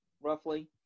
roughly